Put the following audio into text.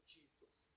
Jesus